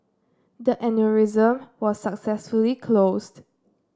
the aneurysm was successfully closed